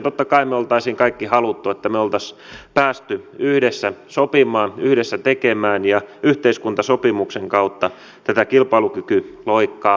totta kai me olisimme kaikki halunneet että me olisimme päässeet yhdessä sopimaan yhdessä tekemään ja yhteiskuntasopimuksen kautta tätä kilpailukykyloikkaa edistämään